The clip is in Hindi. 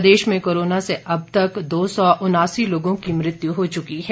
प्रदेश में कोरोना से अभी तक दो सौ उनासी लोगों की मृत्यु हो चुकी है